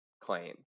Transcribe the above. claim